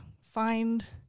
Find